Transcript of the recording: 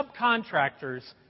subcontractors